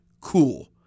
cool